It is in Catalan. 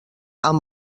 amb